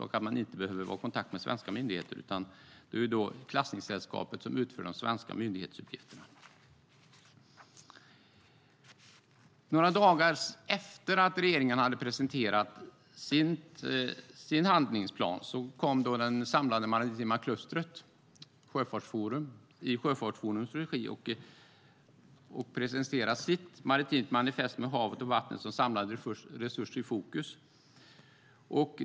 Man behöver inte vara i kontakt med svenska myndigheter, utan det är klassningssällskapet som utför de svenska myndighetsuppgifterna. Några dagar efter att regeringen hade presenterat sin handlingsplan kom det samlade maritima klustret, Sjöfartsforum, och presenterade sitt maritima manifest med havet och vattnet som samlad resurs i fokus.